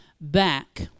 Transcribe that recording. back